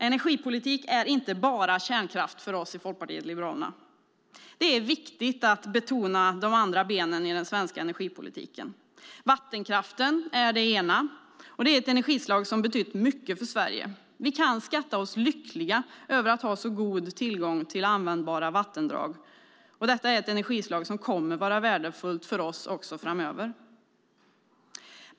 Energipolitiken är inte bara kärnkraft för oss i Folkpartiet liberalerna. Det är viktigt att betona även de andra benen i den svenska energipolitiken. Vattenkraften är ett sådant ben. Det är ett energislag som betytt mycket för Sverige, och vi kan skatta oss lyckliga över att ha så god tillgång till användbara vattendrag. Detta är ett energislag som kommer att vara värdefullt för oss också framöver.